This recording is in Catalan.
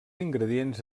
ingredients